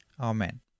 Amen